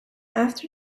after